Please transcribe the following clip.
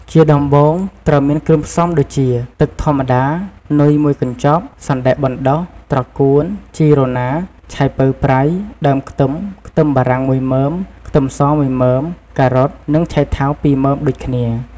ជាដំបូងត្រូវមានគ្រឿងផ្សំដូចជា ទឹកធម្មតា នុយមួយកញ្ចប់ សណ្តែកបណ្តុះ ត្រកួន ជីរណា ឆៃពៅប្រៃ ដើមខ្ទឹម ខ្ទឹមបារាំងមួយមើម ខ្ទឹមសមួយមើម ការ៉ុត និងឆៃថាវពីរមើមដូចគ្នា។